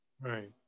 Right